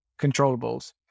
controllables